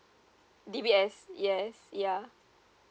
D_B_S yes ya